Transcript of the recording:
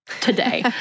today